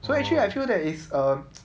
so actually I feel that it's a